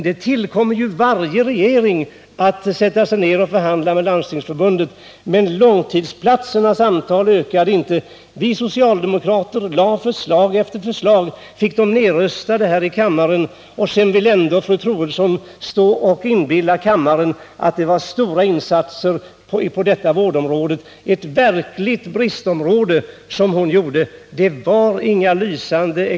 Det tillkommer ju varje regering att sätta sig ned och förhandla med Landstingsförbundet, men antalet långvårdsplatser ökade ju inte. Vi socialdemokrater lade fram förslag efter förslag och fick dem nedröstade här i kammaren. Fru Troedsson vill ändå inbilla kammaren att trepartiregeringen gjorde stora insatser på det området. Nej, det var ett verkligt bristområde som fru Troedsson lämnade.